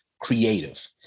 creative